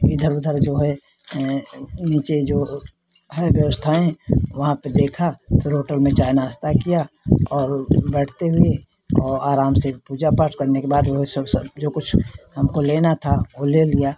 इधर उधर जो है नीचे जो ओ है व्यवस्थाएँ वहाँ पे देखा फिर होटल में चाय नास्ता किया और बैठते हुए और आराम से पूजा पाठ करने के बाद वही सब सब जो कुछ हमको लेना था ओ ले लिया